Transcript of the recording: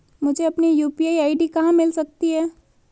मुझे अपनी UPI ID कहां मिल सकती है?